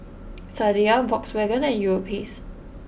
Sadia Volkswagen and Europace